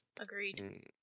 agreed